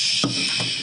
שקט.